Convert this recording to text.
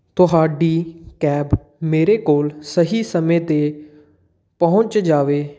ਤੁਹਾਡੀ ਕੈਬ ਮੇਰੇ ਕੋਲ ਸਹੀ ਸਮੇਂ 'ਤੇ ਪਹੁੰਚ ਜਾਵੇ